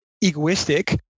egoistic